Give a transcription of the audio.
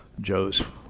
Joe's